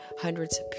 hundreds